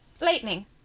lightning